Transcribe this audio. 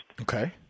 Okay